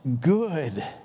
good